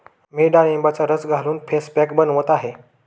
मी डाळिंबाचा रस घालून फेस पॅक बनवत आहे